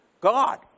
God